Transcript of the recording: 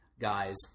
guys